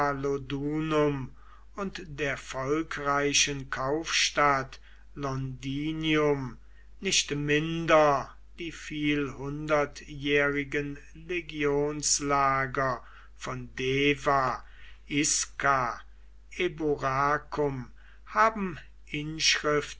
und der volkreichen kaufstadt londinium nicht minder die vielhundertjährigen legionslager von deva isca eburacum haben inschriftsteine